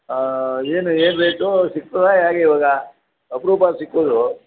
ಏನು ಏನು ರೇಟು ಸಿಕ್ತದಾ ಹೇಗೆ ಇವಾಗ ಅಪರೂಪ ಸಿಕ್ಕೋದು